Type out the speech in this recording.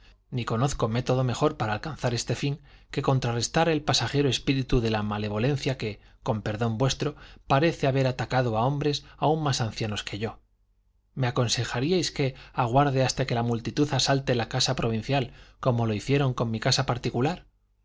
ni conozco método mejor para alcanzar este fin que contrarrestar el pasajero espíritu de malevolencia que con perdón vuestro parece haber atacado a hombres aun más ancianos que yo me aconsejaríais que aguarde hasta que la multitud asalte la casa provincial como lo hicieron con mi casa particular